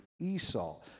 Esau